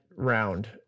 Round